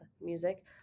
music